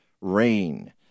rain